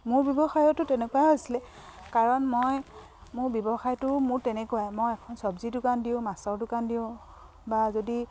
মোৰ ব্যৱসায়তো তেনেকুৱাই হৈছিলে কাৰণ মই মোৰ ব্যৱসায়টো মোৰ তেনেকুৱাই মই এখন চব্জি দোকান দিওঁ মাছৰ দোকান দিওঁ বা যদি